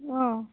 অঁ